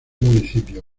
municipio